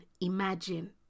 imagine